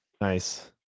Nice